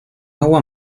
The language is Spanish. agua